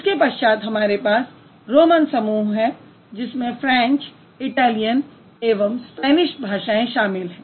इसके पश्चात हमारे पास रोमन समूह है जिसमें फ्रेंच इटैलियन एवं स्पैनिश भाषाएँ हैं